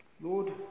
Lord